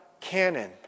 canon